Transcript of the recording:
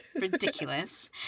ridiculous